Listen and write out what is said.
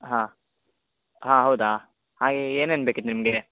ಹಾಂ ಹಾಂ ಹೌದಾ ಹಾಗೇ ಏನೇನು ಬೇಕಿತ್ತು ನಿಮಗೆ